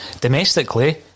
domestically